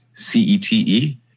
C-E-T-E